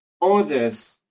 orders